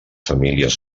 famílies